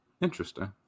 Interesting